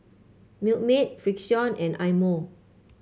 Milkmaid Frixion and Eye Mo